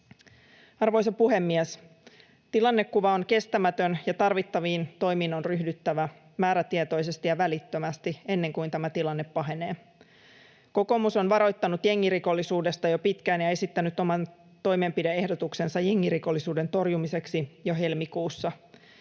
Arvoisa puhemies! Tilannekuva on kestämätön, ja tarvittaviin toimiin on ryhdyttävä määrätietoisesti ja välittömästi, ennen kuin tämä tilanne pahenee. Kokoomus on varoittanut jengirikollisuudesta jo pitkään ja esittänyt oman toimenpide-ehdotuksensa jengirikollisuuden torjumiseksi jo helmikuussa.